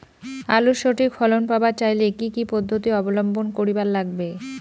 আলুর সঠিক ফলন পাবার চাইলে কি কি পদ্ধতি অবলম্বন করিবার লাগবে?